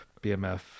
bmf